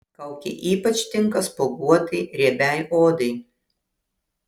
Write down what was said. kaukė ypač tinka spuoguotai riebiai odai